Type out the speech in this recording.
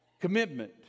Commitment